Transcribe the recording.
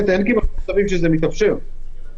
אין כמעט מצבים שזה מתאפשר בהם.